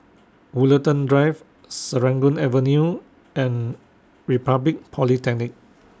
Woollerton Drive Serangoon Avenue and Republic Polytechnic